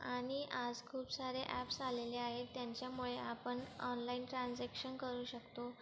आनि आज खूप सारे ॲप्स आलेले आहेत त्यांच्यामुळे आपण ऑनलाईन ट्रांजेक्शन करू शकतो